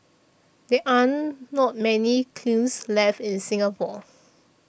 there are not many kilns left in Singapore